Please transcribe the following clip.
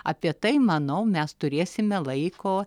apie tai manau mes turėsime laiko